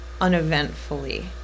uneventfully